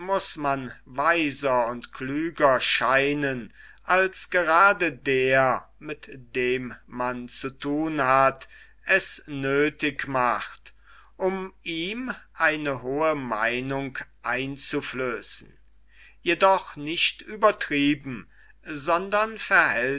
muß man weiser und klüger scheinen als grade der mit dem man zu thun hat es nöthig macht um ihm eine hohe meinung einzuflößen jedoch nicht übertrieben sondern